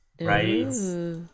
Right